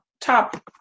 top